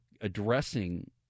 addressing